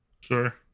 Sure